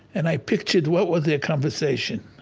and i pictured what was their conversation